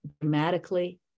dramatically